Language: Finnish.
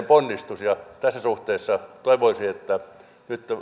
ponnistuksen ja tässä suhteessa toivoisin että nyt